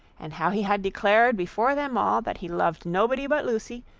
and how he had declared before them all that he loved nobody but lucy,